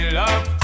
love